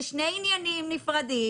זה שני עניינים נפרדים.